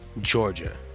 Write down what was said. Georgia